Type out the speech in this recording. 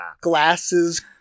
Glasses